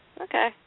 Okay